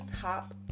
top